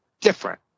different